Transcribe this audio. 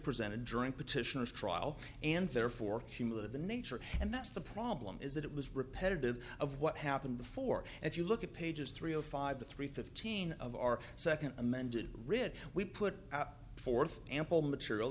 presented during petitioners try well and therefore cumulative the nature and that's the problem is that it was repetitive of what happened before and if you look at pages three of five the three fifteen of our second amended writ we put forth ample material